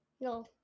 No